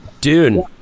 dude